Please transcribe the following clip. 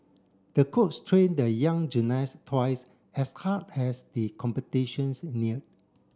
the coach trained the young gymnast twice as hard as the competitions neared